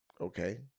Okay